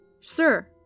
Sir